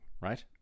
right